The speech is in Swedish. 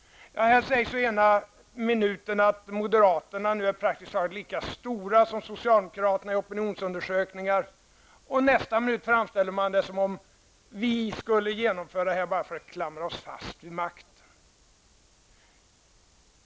Här sägs det ena minuten att moderaterna är praktiskt taget lika stora som socialdemokraterna i opinionsundersökningar, och nästa minut framställer man det som om vi socialdemokrater skulle genomföra detta bara för att klamra oss fast vid makten.